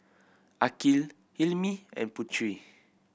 Aqil Hilmi and Putri